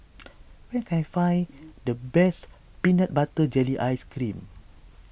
where can I find the best Peanut Butter Jelly Ice Cream